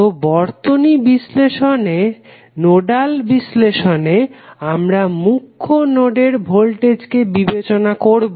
তো বর্তনী বিশ্লেষণের নোডাল বিশ্লেষণে আমরা মুখ্য নোডের ভোল্টেজকে বিবেচনা করবো